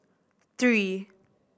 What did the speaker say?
three